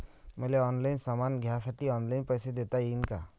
मले ऑनलाईन सामान घ्यासाठी ऑनलाईन पैसे देता येईन का?